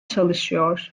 çalışıyor